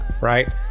right